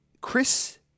Chris